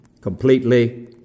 completely